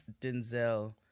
Denzel